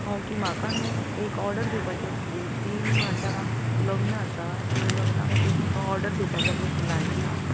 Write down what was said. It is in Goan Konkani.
ओके म्हाका न्हू एक ऑर्डर दिवपाची आसली तीन मार्चाक आम लग्न आसा सो लग्ना खातीर म्हाका ऑर्डर दिवपाक जाय आसली फुलांची